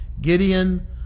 Gideon